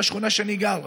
בשכונה שאני גר בה.